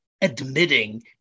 admitting